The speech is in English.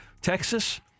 Texas